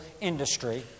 industry